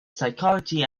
psychology